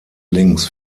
links